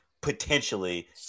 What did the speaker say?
potentially